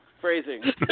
phrasing